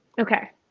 Okay